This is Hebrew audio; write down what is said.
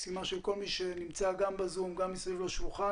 המשימה של כל מי שנמצא גם ב-זום וגם מסביב לשולחן,